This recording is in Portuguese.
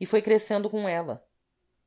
e foi crescendo com ela